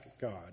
God